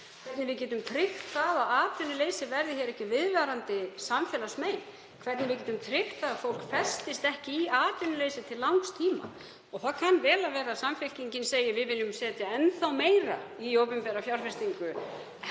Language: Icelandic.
hvernig við getum tryggt að atvinnuleysi verði hér ekki viðvarandi samfélagsmein, hvernig við getum tryggt að fólk festist ekki í atvinnuleysi til langs tíma. Það kann vel að vera að Samfylkingin segi: Við viljum setja enn meira í opinbera fjárfestingu